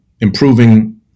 improving